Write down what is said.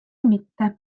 mitte